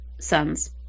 sons